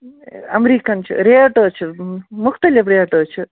American چھِ rate حظ چھِ مختلف ریٹ حظ چھِ